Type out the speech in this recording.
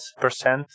percent